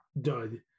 dud